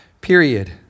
period